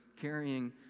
carrying